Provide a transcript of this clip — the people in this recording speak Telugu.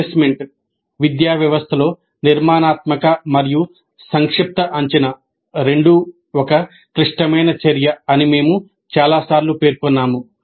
అసెస్మెంట్ విద్యా వ్యవస్థలో నిర్మాణాత్మక మరియు సంక్షిప్త అంచనా రెండూ ఒక క్లిష్టమైన చర్య అని మేము చాలా సార్లు పేర్కొన్నాము